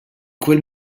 quel